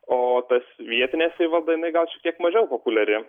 o tas vietinė savivalda jinai gal šiek tiek mažiau populiari